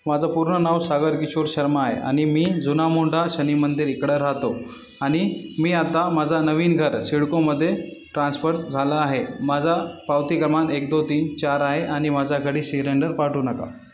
माझं पूर्ण नाव सागर किशोर शर्मा आहे आणि मी जुना मोंडा शनि मंदिर इकडं राहतो आणि मी आता माझा नवीन घर शिडकोमध्ये ट्रान्स्फर झाला आहे माझा पावती क्रमांक एक दोन तीन चार आहे आणि माझा घरी सिलेंडर पाठवू नका